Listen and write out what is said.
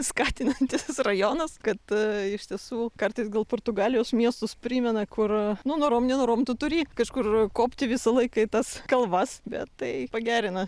skatinantis rajonas kad a iš tiesų kartais gal portugalijos miestus primena kur nu norom nenorom tu turi kažkur kopti visą laiką į tas kalvas bet tai pagerina